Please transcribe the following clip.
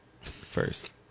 first